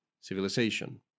civilization